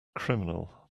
criminal